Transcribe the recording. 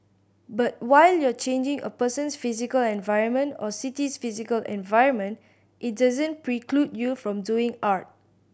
but while you are changing a person's physical environment or city's physical environment it doesn't preclude you from doing art